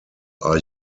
are